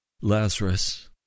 Lazarus